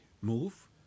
move